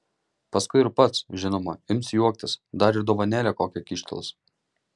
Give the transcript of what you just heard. paskui ir pats žinoma ims juoktis dar ir dovanėlę kokią kyštels